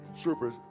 Troopers